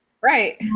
Right